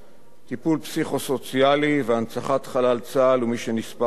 טיפול פסיכו-סוציאלי והנצחת חלל צה"ל ומי שנספה במערכה.